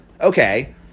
Okay